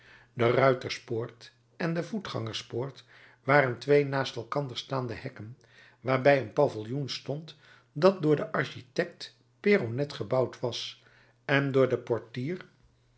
de ruiterspoort en de voetgangerspoort waren twee naast elkander staande hekken waarbij een paviljoen stond dat door den architekt peronnet gebouwd was en door den portier